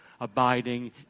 abiding